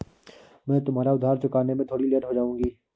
मैं तुम्हारा उधार चुकाने में थोड़ी लेट हो जाऊँगी